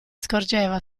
scorgeva